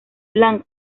blanc